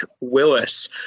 Willis